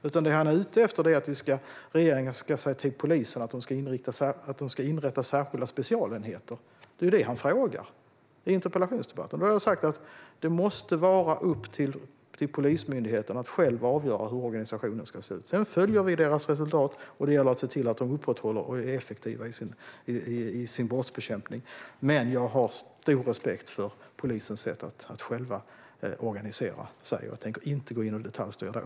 Det som han är ute efter är att regeringen ska säga till polisen att den ska inrätta särskilda specialenheter. Det är det som han ställer frågor om i debatten. Jag har sagt att det måste vara upp till Polismyndigheten att själv avgöra hur organisationen ska se ut. Sedan följer vi deras resultat, och det gäller att se till att de upprätthåller och är effektiva i sin brottsbekämpning. Men jag har stor respekt för polisens sätt att själv organisera sig, och jag tänker inte gå in och detaljstyra.